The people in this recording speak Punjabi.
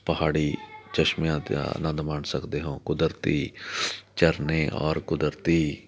ਪਹਾੜੀ ਚਸ਼ਮਿਆਂ ਦਾ ਆਨੰਦ ਮਾਣ ਸਕਦੇ ਹੋ ਕੁਦਰਤੀ ਝਰਨੇ ਔਰ ਕੁਦਰਤੀ